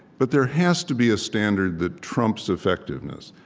but there has to be a standard that trumps effectiveness.